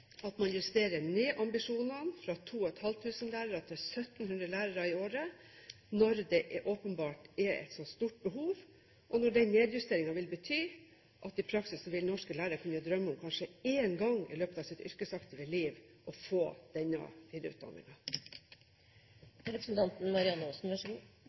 at man justerer ned ambisjonene, fra 2 500 lærere til 1 700 lærere i året, når det åpenbart er et så stort behov, og når den nedjusteringen vil bety at i praksis vil norske lærere kunne drømme om kanskje én gang i løpet av sitt yrkesaktive liv å få denne